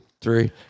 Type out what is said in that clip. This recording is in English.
three